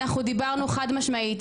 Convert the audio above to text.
אנחנו דיברנו חד משמעית.